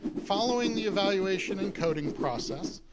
following the evaluation and coding process,